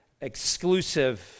exclusive